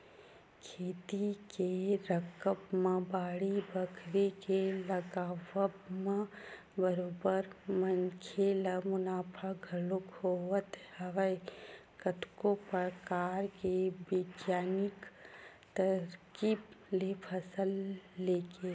खेती के करब म बाड़ी बखरी के लगावब म बरोबर मनखे ल मुनाफा घलोक होवत हवय कतको परकार के बिग्यानिक तरकीब ले फसल लेके